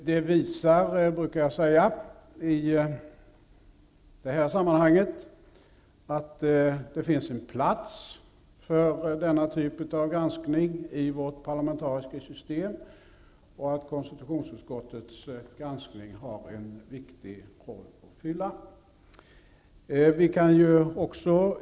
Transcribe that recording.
Det visar, brukar jag säga, att det finns en plats för denna typ av granskning i vårt parlamentariska system och att konstitutionsutskottets granskning har en viktig roll att fylla.